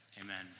Amen